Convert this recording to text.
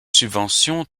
subventions